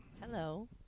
Hello